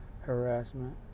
harassment